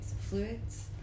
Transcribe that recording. fluids